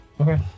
Okay